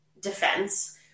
defense